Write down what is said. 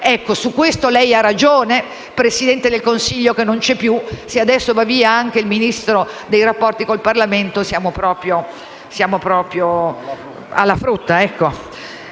Su questo lei ha ragione, Presidente del Consiglio, che non c'è più; se poi ora va via anche il Ministro per i rapporti con il Parlamento siamo proprio alla frutta,